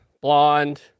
blonde